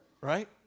right